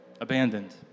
abandoned